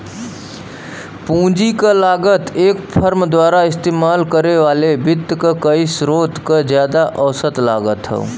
पूंजी क लागत एक फर्म द्वारा इस्तेमाल करे वाले वित्त क कई स्रोत क जादा औसत लागत हौ